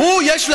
אתה לא מתבייש?